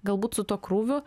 galbūt su tuo krūviu